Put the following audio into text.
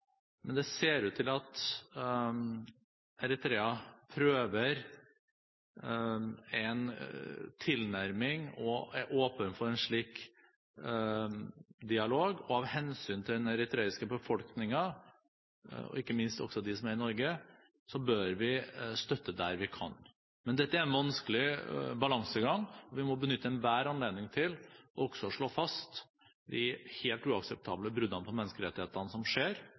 men det ser ut til at Eritrea prøver en tilnærming og er åpen for en slik dialog. Av hensyn til den eritreiske befolkningen og, ikke minst, av hensyn til dem som er i Norge, bør vi støtte der vi kan. Men dette er en vanskelig balansegang, og vi må benytte enhver anledning til å slå fast de helt uakseptable bruddene på menneskerettighetene som skjer.